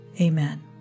Amen